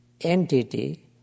entity